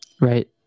Right